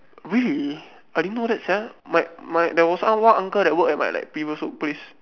really I didn't know that sia my my there was R O R uncle that work at like my previous workplace